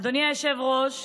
אדוני היושב-ראש,